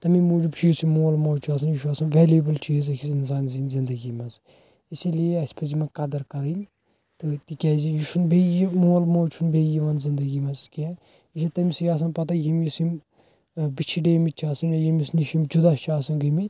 تمے موجوب چھُ یُس یہِ مول موج چھُ آسان یہِ چھُ آسان ویلیٛویبل چیٖز أکِس انسان سٕنٛدۍ زندگی مَنٛز اسی لیے اسہِ پَزِ یمن قدر کَرٕنۍ تہٕ تِکیٛازِ یہِ چھُنہٕ بیٚیہِ یہِ مول موج چھُنہٕ بیٚیہِ یِوان زندگی مَنٛز کیٚنٛہہ یہِ چھِ تمٕسے آسان پتہ ییٚمِس یِم بِچھڈیمٕتۍ چھِ آسان یا ییٚمِس نِش یِم جُدا چھِ آسان گٔمتۍ